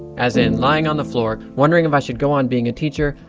as in lying on the floor, wondering if i should go on being a teacher,